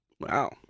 Wow